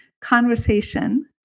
conversation